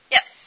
Yes